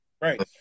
right